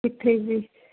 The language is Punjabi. ਕਿੱਥੇ ਜੀ